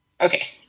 Okay